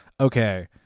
okay